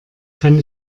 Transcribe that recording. kann